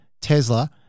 Tesla